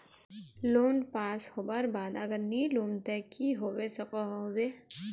Loan pass होबार बाद अगर नी लुम ते की होबे सकोहो होबे?